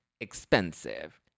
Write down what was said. Expensive